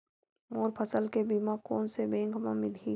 मोर फसल के बीमा कोन से बैंक म मिलही?